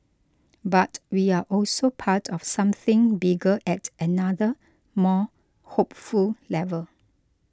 but we are also part of something bigger at another more hopeful level